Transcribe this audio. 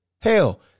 Hell